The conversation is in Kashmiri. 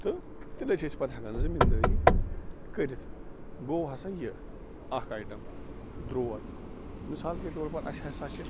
تہٕ تیٚلے چھِ أسۍ پَتہٕ ہیٚکان زٔمیٖن دٲری کٔرِتھ گوٚو ہَسا یہِ اَکھ ایٹم دُروت مِثال کے طور پر اَسہِ ہَسا چھِ